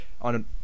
on